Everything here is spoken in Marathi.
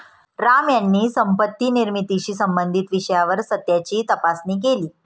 राम यांनी संपत्ती निर्मितीशी संबंधित विषयावर सत्याची तपासणी केली